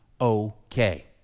okay